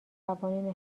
قوانین